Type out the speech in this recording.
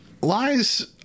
Lies